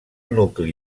nucli